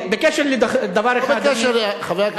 חבר הכנסת טיבי.